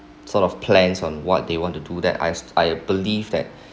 sort of plans on what they want to do that I I believe that